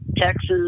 Texas